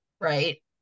right